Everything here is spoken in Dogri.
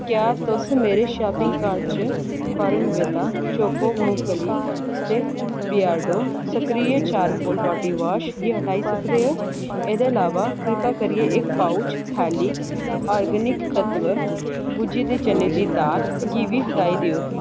क्या तुस मेरी शापिंग कार्ट चा फार्मवेदा चोको मुंगफली ते बियरडो सक्रिय चारकोल बॉडीवॉश गी हटाई सकदे ओ एह्दे अलावा किरपा करियै इक पाउच थैली आर्गेनिक तत्त्व भुज्जी दी चनें दी दाल गी बी हटाई देओ